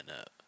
up